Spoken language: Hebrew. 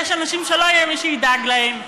אבל יש אנשים שלא יהיה מי שידאג להם,